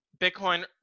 Bitcoin